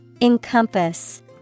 Encompass